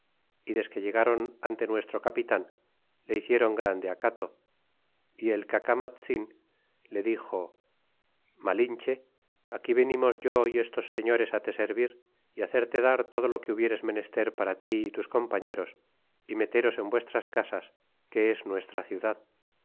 y desque llegron ante nuestro capitan le hiciéron grande acato y el cacarnatzin le dixo malinche aquí venimos yo y estos señores te servir e hacerte dar todo lo que hubieres menester para tí y tus compañeros y meteros en vuestras casas que es nuestra ciudad